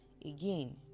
again